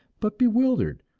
but bewildered,